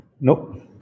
Nope